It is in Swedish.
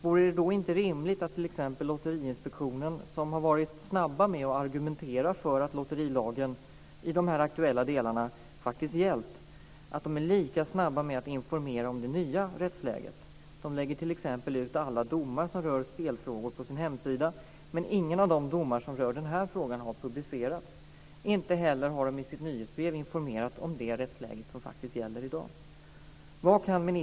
Vore det då inte rimligt att t.ex. Lotteriinspektionen, som har varit snabb med att argumentera för att lotterilagen i de aktuella delarna faktiskt gällt, är lika snabb med att informera om det nya rättsläget? Den lägger t.ex. ut alla domar som rör spelfrågor på sin hemsida. Men ingen av de domar som rör den här frågan har publicerats. Inte heller har den i sitt nyhetsbrev informerat om det rättsläge som gäller i dag.